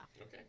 Okay